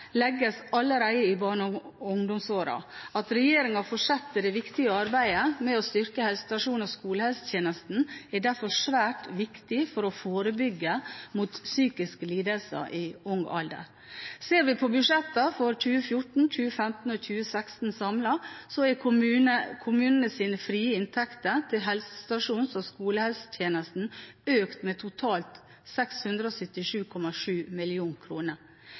legges allerede i barne- og ungdomsårene. At regjeringen fortsetter det viktige arbeidet med å styrke helsestasjons- og skolehelsetjenesten, er derfor svært viktig for å forebygge psykiske lidelser i ung alder. Ser vi på budsjettene for 2014, 2015 og 2016 samlet, er kommunenes frie inntekter til helsestasjons- og skolehelsetjenesten økt med totalt 677,7